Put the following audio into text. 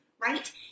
Right